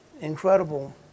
incredible